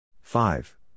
five